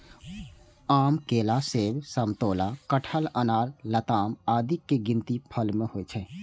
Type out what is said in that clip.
आम, केला, सेब, समतोला, कटहर, अनार, लताम आदिक गिनती फल मे होइ छै